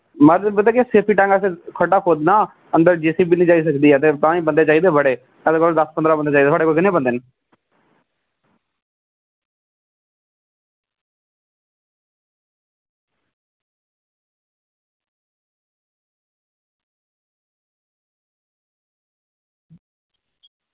कम्म पता केह् ऐ सैप्टिक टैंक आस्तै खड्डा खोदना ते जेसीबी निं जाई सकदी ऐ ते बंदे चाहिदे बड़े साढ़े कोल दस्स पंदरां बंदे चाहिदे थुआढ़े कोल किन्ने न